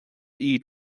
iad